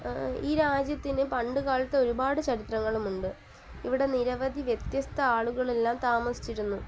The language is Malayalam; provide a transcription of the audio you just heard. ഈ രാജ്യത്തിന് പണ്ടുകാലത്ത് ഒരുപാട് ചരിത്രങ്ങളുമുണ്ട് ഇവിടെ നിരവധി വ്യത്യസ്ത ആളുകളെല്ലാം താമസിച്ചിരുന്നു